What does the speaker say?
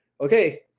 okay